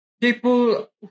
people